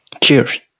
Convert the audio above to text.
Cheers